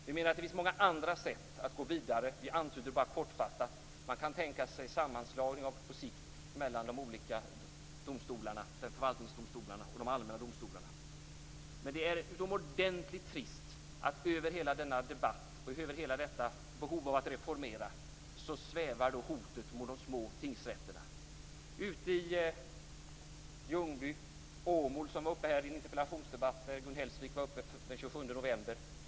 Vi menar att det finns många andra sätt att gå vidare på. Vi antyder bara kortfattat att man på sikt kan tänka sig sammanslagningar mellan de olika domstolarna, förvaltningsdomstolarna och de allmänna domstolarna. Men det är utomordentligt trist att det över hela denna debatt, över hela detta behov av att reformera, svävar ett hot mot de små tingsrätterna. Det gäller Ljungby. Det gäller Åmål, som diskuterades i en interpellationsdebatt som Gun Hellsvik var uppe i den 27 november.